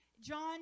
John